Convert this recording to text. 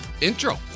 intro